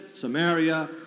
Samaria